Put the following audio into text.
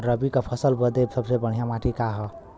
रबी क फसल बदे सबसे बढ़िया माटी का ह?